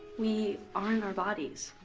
we aren't our bodies.